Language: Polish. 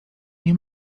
nie